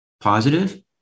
Positive